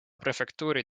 prefektuuri